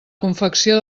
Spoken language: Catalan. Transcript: confecció